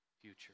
future